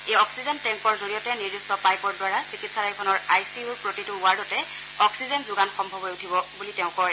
এই অস্সিজেন টেংকৰ জৰিয়তে নিৰ্দিষ্ট পাইপৰ দ্বাৰা চিকিৎসালয়খনৰ আই চি ইউৰ প্ৰতিটো ৱাৰ্ডতে অস্সিজেন যোগান সম্ভৱ হৈ উঠিব বুলি তেওঁ কয়